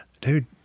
dude